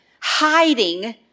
hiding